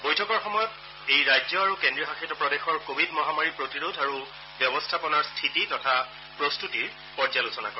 বৈঠকৰ সময়ত এই ৰাজ্য আৰু কেন্দ্ৰীয় শাসিত প্ৰদেশৰ কোভিড মহামাৰী প্ৰতিৰোধ আৰু ব্যৱস্থাপনাৰ স্থিতি তথা প্ৰস্তুতিৰ পৰ্যালোচনা কৰিব